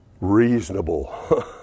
Reasonable